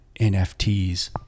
NFTs